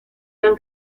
dan